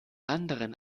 anderen